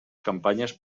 campanyes